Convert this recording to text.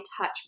touch